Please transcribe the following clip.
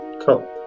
cool